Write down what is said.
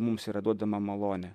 mums yra duodama malonė